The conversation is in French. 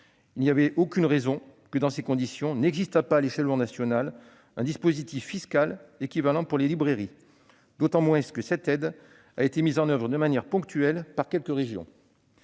Il n'y avait aucune raison que, dans ces conditions, n'existât pas à l'échelon national un dispositif fiscal équivalent pour les librairies. D'autant moins que cette aide a été mise en oeuvre de manière ponctuelle par quelques régions.